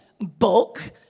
book